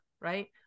right